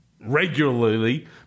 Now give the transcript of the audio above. regularly